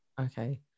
Okay